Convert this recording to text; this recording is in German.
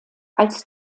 als